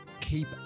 keep